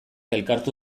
elkartu